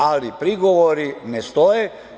Ali prigovori ne stoje.